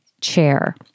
chair